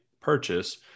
purchase